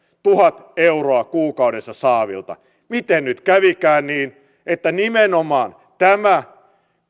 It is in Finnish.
tuhat euroa kuukaudessa saavilta miten nyt kävikään niin että nimenomaan tämä